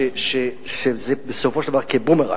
שזה בסופו של דבר כבומרנג,